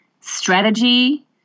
strategy